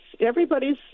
everybody's